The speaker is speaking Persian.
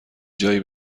جایی